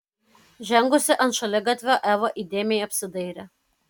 žengusi ant šaligatvio eva įdėmiai apsidairė